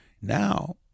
Now